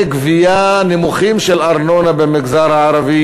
גבייה נמוכים של ארנונה במגזר הערבי,